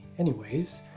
anyways,